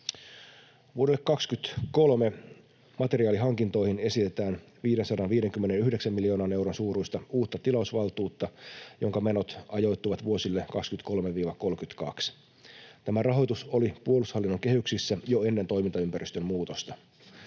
Vuodelle 23 materiaalihankintoihin esitetään 559 miljoonan euron suuruista uutta tilausvaltuutta, jonka menot ajoittuvat vuosille 23—32. Tämä rahoitus oli puolustushallinnon kehyksissä jo ennen toimintaympäristön muutosta.